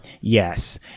Yes